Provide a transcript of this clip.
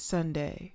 Sunday